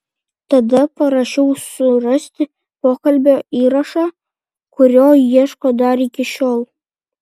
tada parašiau surasti pokalbio įrašą kurio ieško dar iki šiol